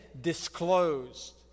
disclosed